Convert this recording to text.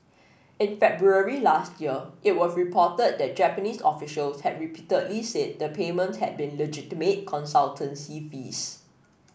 in February last year it was reported that Japanese officials had repeatedly said the payments had been legitimate consultancy fees